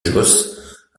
josse